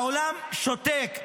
העולם שותק.